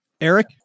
Eric